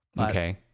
Okay